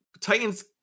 titans